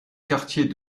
quartier